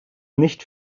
nicht